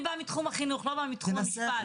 אני באה מתחום החינוך, לא באה מתחום המשפט.